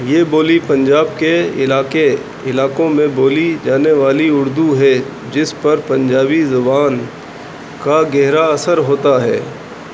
یہ بولی پنجاب کے علاقے علاقوں میں بولی جانے والی اردو ہے جس پر پنجابی زبان کا گہرا اثر ہوتا ہے